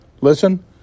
listen